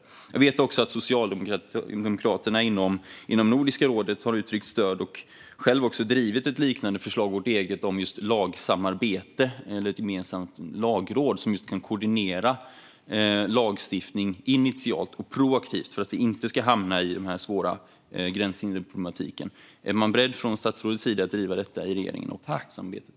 Jag vet också att socialdemokraterna inom Nordiska rådet har uttryckt stöd och själva också drivit ett förslag som liknar vårt eget om just lagsamarbete eller ett gemensamt lagråd som kan koordinera lagstiftning initialt och proaktivt för att vi inte ska hamna i den här svåra gränshinderproblematiken. Är man från statsrådets sida beredd att driva detta i regeringen och i samarbetet?